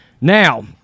Now